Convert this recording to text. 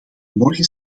morgen